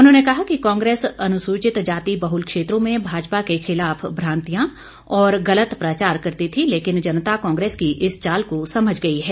उन्होंने कहा कि कांग्रेस अनुसूचित जाति बहुल क्षेत्रों में भाजपा के खिलाफ भ्रांतियां और गलत प्रचार करती थी लेकिन जनता कांग्रेस की इस चाल को समझ गई है